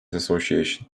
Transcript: association